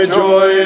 joy